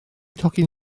tocyn